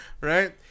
right